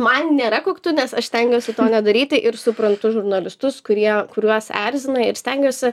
man nėra koktu nes aš stengiuosi to nedaryti ir suprantu žurnalistus kurie kuriuos erzina ir stengiuosi